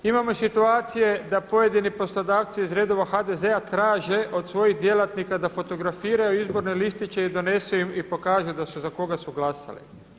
Imamo i situacije da pojedini poslodavci iz redova HDZ-a traže od svojih djelatnika da fotografiraju izborne listiće i donesu im i pokažu za koga su glasali.